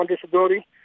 disability